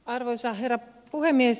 arvoisa herra puhemies